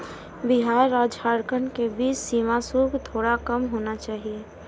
बिहार और झारखंड के बीच सीमा शुल्क थोड़ा कम होना चाहिए